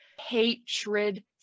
hatred